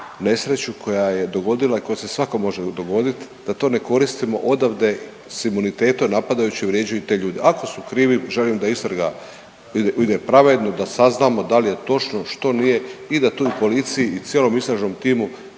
nesreću koja je dogodila i koja se svakom može dogodit, da to ne koristimo odavde s imunitetom napadajući i vrijeđaju te ljude. Ako su krivi želim da istraga ide pravedno da saznamo da li je točno što nije i da to u policiji i cijelom istražnom timu